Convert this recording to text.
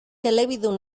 elebidun